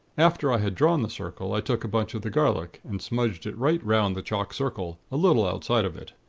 after i had drawn the circle, i took a bunch of the garlic, and smudged it right round the chalk circle, a little outside of it.